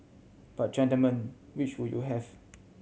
but gentlemen which would you have